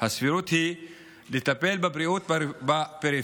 הסבירות היא לטפל במצוקת